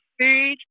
food